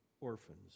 orphans